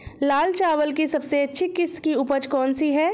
लाल चावल की सबसे अच्छी किश्त की उपज कौन सी है?